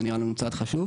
זה נראה לנו צעד חשוב.